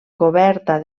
coberta